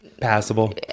Passable